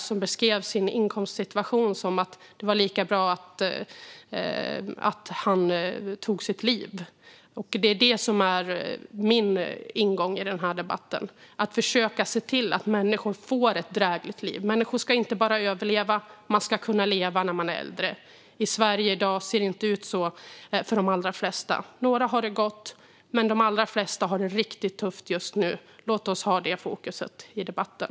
Han beskrev sin inkomstsituation som att det var lika bra att han tog sitt liv. Det är det som är min ingång i den här debatten: att försöka se till att människor får ett drägligt liv. Människor ska inte bara överleva. Man ska kunna leva när man är äldre. I Sverige i dag ser det inte ut så för de allra flesta. Några har det gott, men de allra flesta har det riktigt tufft just nu. Låt oss ha detta fokus i debatten.